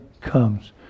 comes